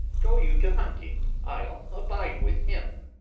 go you to hunting i'll abide with him.